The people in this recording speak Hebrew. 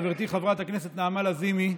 חברתי חברת הכנסת נעמה לזימי.